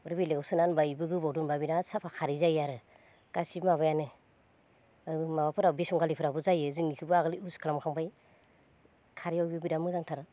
आरो बेलेगआव सोना दोनब्ला इबो गोबाव दोनब्ला बिराद साफा खारै जायोआरो गासिबो माबायानो माबाफोरा बिसंगालिफोराबो जायो जों इखोबो आगोलो इउस खालामखांबाय खारैआबो बिराद मोजांथार